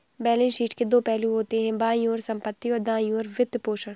balance sheet के दो पहलू होते हैं, बाईं ओर संपत्ति, और दाईं ओर वित्तपोषण